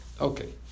Okay